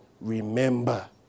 remember